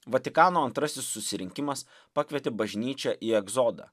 vatikano antrasis susirinkimas pakvietė bažnyčią į egzodą